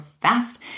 fast